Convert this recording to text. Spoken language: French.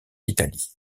l’italie